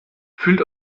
fühlt